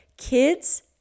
Kids